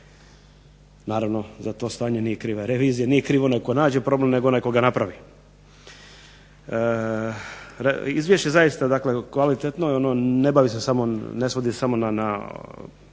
Naravno za to stanje nije kriva revizija, nije kriv onaj tko nađe problem nego tko ga napravi. Izvješće je kvalitetno i ono ne bavi se samo ne svodi se samo na